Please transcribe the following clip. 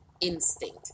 instinct